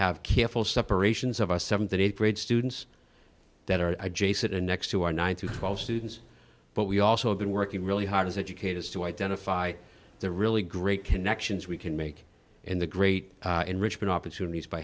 have careful separations of a th and th grade students that are adjacent to next to our nine to twelve students but we also have been working really hard as educators to identify the really great connections we can make and the great enrichment opportunities by